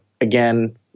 again